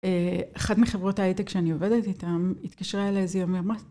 אחת מחברות ההיטק שאני עובדת איתן התקשרה אלי איזה יום.